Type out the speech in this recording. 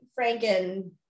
Franken